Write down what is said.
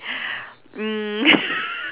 mm